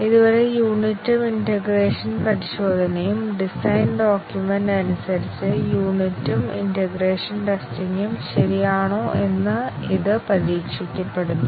ഇതുവരെ യൂണിറ്റും ഇന്റേഗ്രേഷൻ പരിശോധനയും ഡിസൈൻ ഡോക്യുമെന്റ് അനുസരിച്ച് യൂണിറ്റും ഇന്റഗ്രേഷൻ ടെസ്റ്റിംഗും ശരിയാണോ എന്ന് ഇത് പരീക്ഷിക്കപ്പെടുന്നു